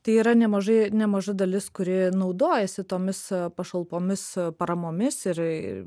tai yra nemažai nemaža dalis kuri naudojasi tomis pašalpomis paramomis ir